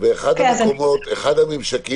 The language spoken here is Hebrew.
אחד הממשקים